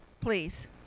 please